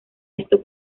esto